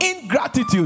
ingratitude